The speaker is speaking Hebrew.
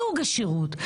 סוג השירות.